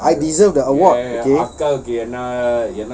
I deserve the award okay